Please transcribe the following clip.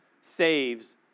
saves